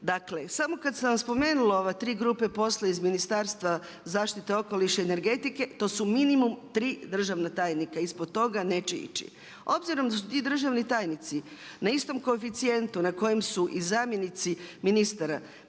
Dakle samo kad sam vam spomenula ove tri grupe posla iz Ministarstva zaštite okoliša i energetike to su minimum tri državna tajnika, ispod toga neće ići. Obzirom da su ti državni tajnici na istom koeficijentu na kojem su i zamjenici ministara mene